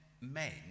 men